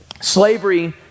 Slavery